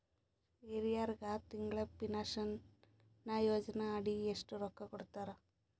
ಹಿರಿಯರಗ ತಿಂಗಳ ಪೀನಷನಯೋಜನ ಅಡಿ ಎಷ್ಟ ರೊಕ್ಕ ಕೊಡತಾರ?